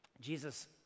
Jesus